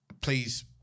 Please